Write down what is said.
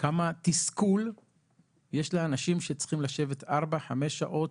כמה תסכול יש לאנשים שצריכים לשבת ארבע-חמש שעות,